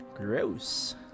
Gross